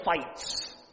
fights